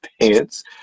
pants